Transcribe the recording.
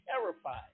terrified